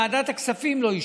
ועדת הכספים לא אישרה.